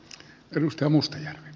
arvoisa puhemies